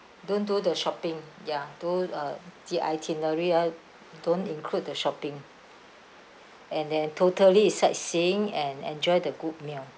don't do the shopping ya do uh the itinerary ah don't include the shopping and then totally it's sightseeing and enjoy the good meal